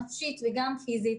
נפשית וגם פיזית.